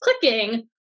clicking